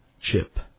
chip